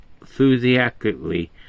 enthusiastically